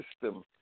system